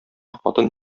хатын